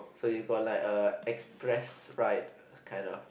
so you got like uh express right kind of